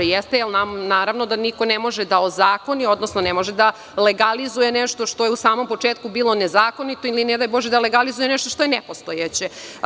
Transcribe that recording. Naravno da niko ne može da ozakoni, odnosno ne može da legalizuje nešto što je u samom početku bilo nezakonito ili, ne daj bože, da legalizuje nešto što je nepostojeće.